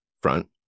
front